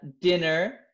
dinner